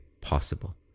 possible